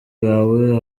bawe